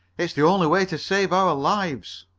it's the only way to save our lives.